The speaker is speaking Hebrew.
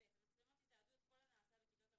(ב)המצלמות יתעדו את כל הנעשה בכיתות המעון,